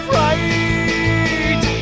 right